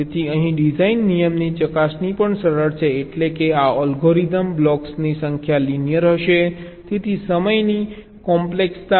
તેથી અહીં ડિઝાઇન નિયમની ચકાસણી પણ સરળ છે એટલેકે આ અલ્ગોરિધમ બ્લોક્સની સંખ્યામાં લિનીઅર હશે તેથી સમયની કોમ્પ્લેક્સતા પણ ખૂબ ઊંચી નહીં હોય